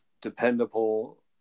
dependable